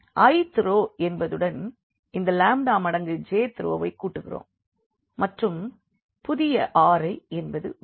i th row என்பதுடன் இந்த lambda மடங்கு j th ரோவை கூட்டுகிறோம் மற்றும் புதிய Ri என்பது வரும்